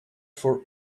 for